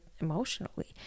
emotionally